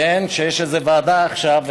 שיש איזו ועדה עכשיו,